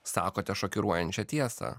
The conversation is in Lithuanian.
sakote šokiruojančią tiesą